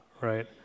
right